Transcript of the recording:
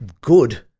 Good